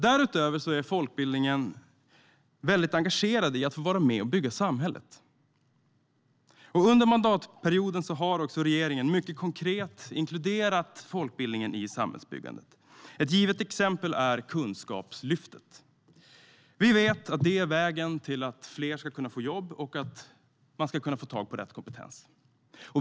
Därutöver är folkbildningen väldigt engagerad i att få vara med och bygga samhället, och under mandatperioden har regeringen mycket konkret inkluderat folkbildningen i samhällsbyggandet. Ett givet exempel är Kunskapslyftet. Vi vet att det är vägen till att fler ska få jobb och att man ska kunna få tag på rätt kompetens.